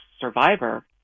Survivor